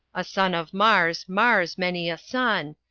a son of mars mars many a son,